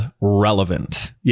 relevant